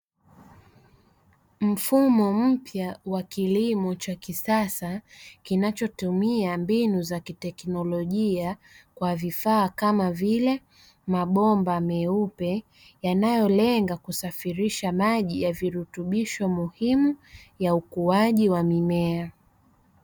Mfumo mpya wa kilimo cha kisasa kinachotumia mbinu za kiteknolojia kwa vifaa kama vile mabomba meupe, yanayolenga kusafirisha maji ya virutubisho muhimu ya ukuaji wa mimea.